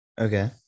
Okay